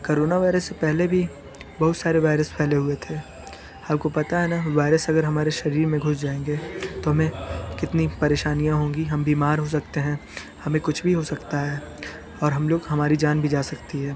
corona virus से पहले भी बहुत सारे वायरस फैले हुए थे आपको पता है ना वायरस अगर हमारे शरीर में घुस जाएंगे तो हमें कितनी परेशानियाँ होंगी हम बीमार हो सकते हैं हमें कुछ भी हो सकता है और हम लोग हमारी जान भी जा सकती है